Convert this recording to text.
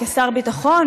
כשר הביטחון,